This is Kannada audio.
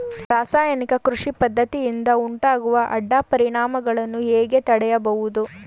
ರಾಸಾಯನಿಕ ಕೃಷಿ ಪದ್ದತಿಯಿಂದ ಉಂಟಾಗುವ ಅಡ್ಡ ಪರಿಣಾಮಗಳನ್ನು ಹೇಗೆ ತಡೆಯಬಹುದು?